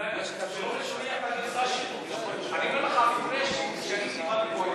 שלא שומע את הגרסה שלו, אני טיפלתי בו,